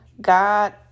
God